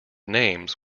names